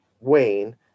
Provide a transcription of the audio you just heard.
Wayne